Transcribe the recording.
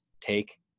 take